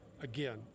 again